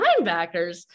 linebackers